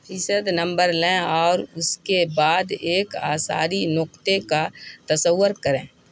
فیصد نمبر لیں اور اس کے بعد ایک آثاری نقطے کا تصور کریں